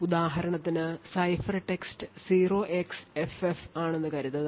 ഉദാഹരണത്തിന് ciphertext 0xFF ആണെന്നു കരുതുക